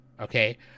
Okay